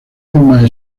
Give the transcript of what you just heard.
emma